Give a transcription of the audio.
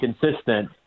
consistent